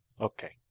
Okay